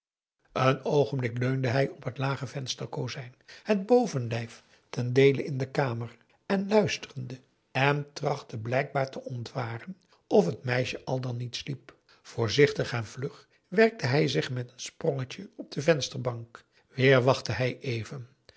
een oogenblik leunde hij op het lage vensterkozijn het bovenlijf ten deele in de kamer en luisterde en trachtte blijkbaar te ontwaren of het meisje al dan niet sliep voorzichtig en vlug werkte hij zich met een sprongetje op de vensterbank weer wachtte hij even